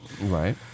Right